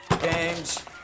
Games